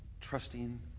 Trusting